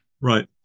Right